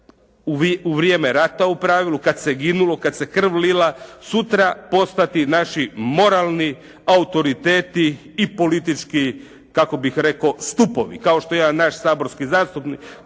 u vrijeme rata u pravilu kad se ginulo, kad se krv lila sutra postati naši moralni autoriteti i politički kako bih rekao stupovi kao što jedan naš saborski zastupnik